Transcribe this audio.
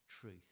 truth